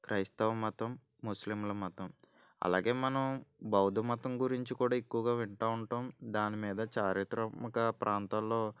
క్రైస్తవ మతం ముస్లింల మతం అలాగే మనం బౌద్ధ మతం గురించి కూడా ఎక్కువగా వింటు ఉంటాం దానిమీద చారిత్రాత్మక ప్రాంతాల్లో